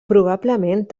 probablement